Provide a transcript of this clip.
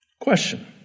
question